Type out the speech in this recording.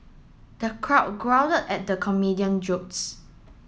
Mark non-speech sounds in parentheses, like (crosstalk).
the crowd (unintelligible) at the comedian jokes